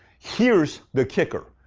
here's the kicker.